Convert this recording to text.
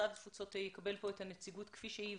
שמשרד התפוצות יקבל כאן את הנציגות כפי שהיא.